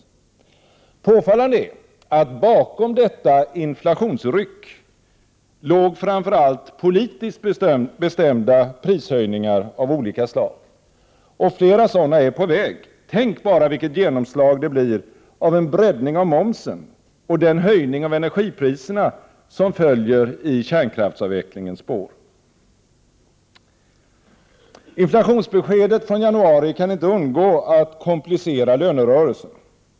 Påfallande är att bakom detta inflationsryck låg framför allt politiskt bestämda prishöjningar av olika slag, och flera sådana är på väg. Tänk bara vilket genomslag det blir av en breddning av momsen och den höjning av energipriserna som följer i kärnkraftsavvecklingens spår! Inflationsbeskedet från januari kan inte undgå att komplicera lönerörelsen.